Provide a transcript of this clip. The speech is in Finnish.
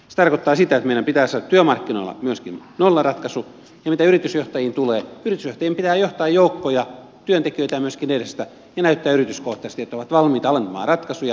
se tarkoittaa sitä että meidän pitää saada myöskin työmarkkinoilla nollaratkaisu ja mitä yritysjohtajiin tulee yritysjohtajien pitää johtaa joukkoja työntekijöitään edestä ja näyttää yrityskohtaisesti että ovat valmiita tekemään alentamista koskevia ratkaisuja